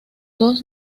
dos